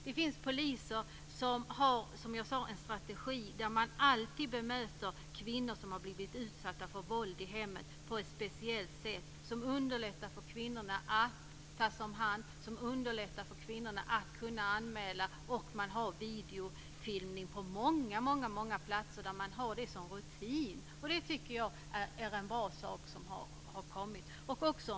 Det finns poliser som har en strategi för att bemöta kvinnor som har blivit utsatta för våld i hemmet på ett speciellt sätt som underlättar för dessa kvinnor när det gäller att tas om hand och att göra en anmälan. På många ställen har man också videofilmning som rutin. Det är en bra sak som har skett.